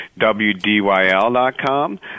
WDYL.com